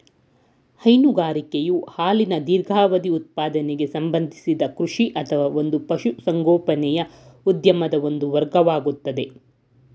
ಹೈನುಗಾರಿಕೆಯು ಹಾಲಿನ ದೀರ್ಘಾವಧಿ ಉತ್ಪಾದನೆಗೆ ಸಂಬಂಧಿಸಿದ ಕೃಷಿ ಅಥವಾ ಒಂದು ಪಶುಸಂಗೋಪನೆಯ ಉದ್ಯಮದ ಒಂದು ವರ್ಗವಾಗಯ್ತೆ